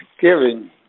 giving